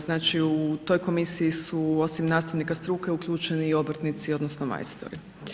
Znači u toj komisiji su osim nastavnika struke uključeni i obrtnici odnosno majstori.